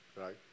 right